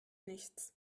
nichts